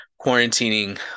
quarantining